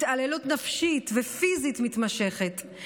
התעללות נפשית ופיזית מתמשכת,